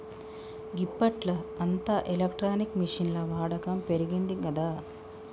గిప్పట్ల అంతా ఎలక్ట్రానిక్ మిషిన్ల వాడకం పెరిగిందిగదా